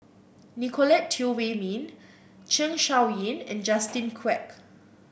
Nicolette Teo Wei Min Zeng Shouyin and Justin Quek